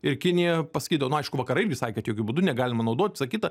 ir kinija pasakydavo nu aišku vakarai irgi sakė kad jokiu būdu negalima naudot visa kita